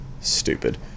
Stupid